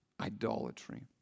idolatry